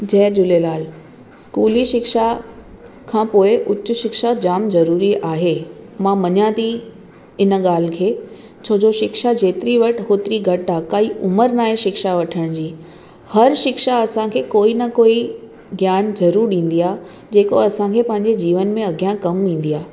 जय झूलेलाल स्कूली शिक्षा खां पोइ उच्च शिक्षा जामु ज़रूरी आहे मां मञियां थी इन ॻाल्हि खे छो जो शिक्षा जेतिरी वठि होतिरी घटि आहे काई उमिरि नाहे शिक्षा वठण जी हर शिक्षा असांखे कोई न कोई ज्ञान ज़रूरु ॾींदी आहे जेको असांखे पंहिंजे जीवन में अॻियां कमु ईंदी आहे